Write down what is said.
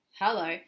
Hello